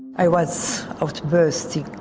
i was outbursting,